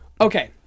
Okay